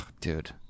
dude